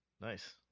Nice